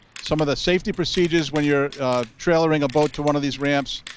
some of the safety procedures when you're trailering a boat to one of these ramps.